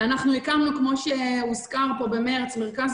אנחנו מלווים את זה ובתוך התכנים שמנו מרכיב חברתי